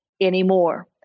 anymore